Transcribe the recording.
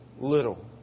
little